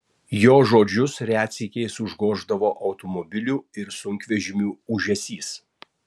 jo žodžius retsykiais užgoždavo automobilių ir sunkvežimių ūžesys